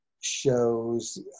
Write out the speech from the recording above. shows